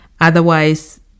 Otherwise